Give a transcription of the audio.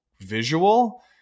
visual